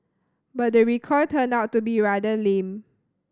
but the recoil turned out to be rather lame